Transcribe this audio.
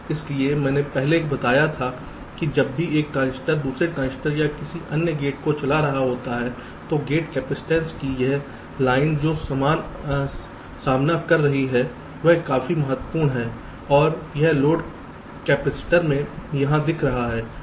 इसलिए मैंने पहले बताया था कि जब भी एक ट्रांजिस्टर दूसरे ट्रांजिस्टर या किसी अन्य गेट को चला रहा होता है तो गेट कैपेसिटेंस कि यह लाइन जो सामना कर रही है वह काफी महत्वपूर्ण है और यह लोड कैपेसिटर मैं यहाँ दिखा रहा हूँ